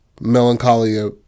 melancholia